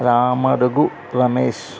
Ramadugu Ramesh